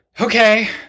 okay